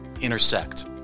intersect